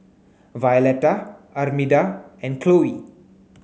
Violetta Armida and Chloe